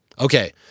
Okay